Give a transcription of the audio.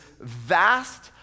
vast